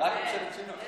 רק ממשלת שינוי.